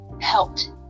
helped